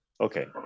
Okay